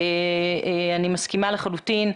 אני מסכימה לחלוטין.